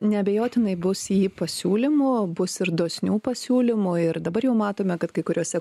neabejotinai bus į jį pasiūlymų bus ir dosnių pasiūlymų ir dabar jau matome kad kai kuriuose